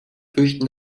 fürchten